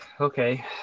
okay